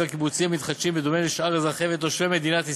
הקיבוצים המתחדשים בדומה לשאר אזרחי ותושבי מדינת ישראל,